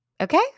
Okay